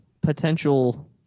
potential